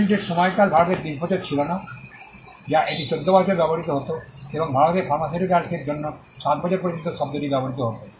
পেটেন্টের সময়কাল ভারতে 20 বছর ছিল না যা এটি 14 বছর ব্যবহৃত হত এবং ভারতে ফার্মাসিউটিক্যালসের জন্য 7 বছর পর্যন্ত শব্দটি ব্যবহৃত হত